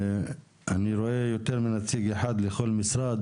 אני רואה יותר מנציג אחד לכל משרד.